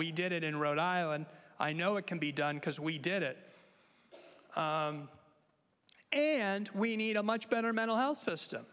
we did it in rhode island i know it can be done because we did it and we need a much better mental health system